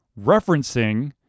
referencing